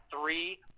Three